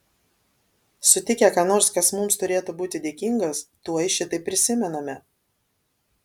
sutikę ką nors kas mums turėtų būti dėkingas tuoj šitai prisimename